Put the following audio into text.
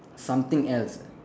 something else